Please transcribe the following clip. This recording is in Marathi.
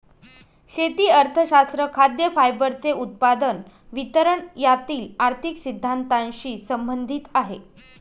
शेती अर्थशास्त्र खाद्य, फायबरचे उत्पादन, वितरण यातील आर्थिक सिद्धांतानशी संबंधित आहे